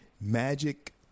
magic